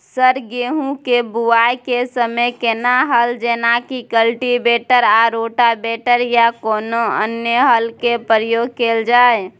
Sir गेहूं के बुआई के समय केना हल जेनाकी कल्टिवेटर आ रोटावेटर या कोनो अन्य हल के प्रयोग कैल जाए?